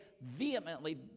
vehemently